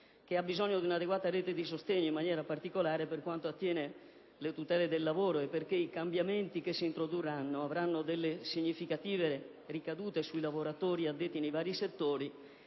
che ha bisogno di una adeguata rete di sostegno, in particolare per quanto attiene alle tutele del lavoro. I cambiamenti che si introdurranno produrranno significative ricadute sui lavoratori addetti nei vari settori